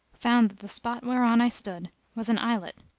found that the spot whereon i stood was an islet,